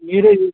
మీరే